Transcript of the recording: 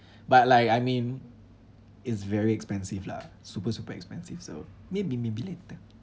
but like I mean it's very expensive lah super super expensive so maybe maybe later